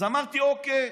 אז אמרתי: אוקיי,